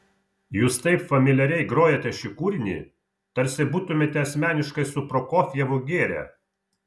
jūs taip familiariai grojate šį kūrinį tarsi būtumėte asmeniškai su prokofjevu gėrę